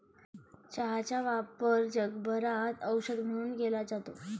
चहाचा वापर जगभरात औषध म्हणून केला जातो